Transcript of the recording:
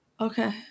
Okay